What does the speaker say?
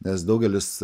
nes daugelis